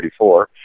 1934